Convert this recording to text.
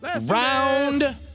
Round